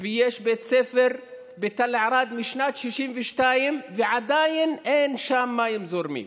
ויש בית ספר בתל ערד משנת 1962 ועדיין אין שם מים זורמים.